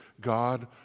God